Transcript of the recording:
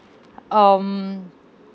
um